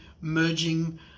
merging